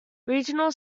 regional